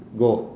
go